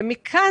מכאן,